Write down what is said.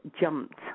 jumped